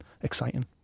Exciting